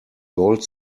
gold